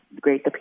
great